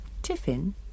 Tiffin